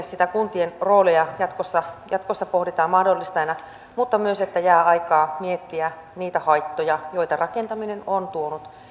sitä kuntien roolia jatkossa jatkossa pohditaan mahdollistajana mutta myös että jää aikaa miettiä niitä haittoja joita rakentaminen on tuonut